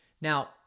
Now